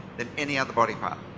then any other body part.